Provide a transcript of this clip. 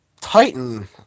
titan